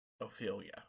Ophelia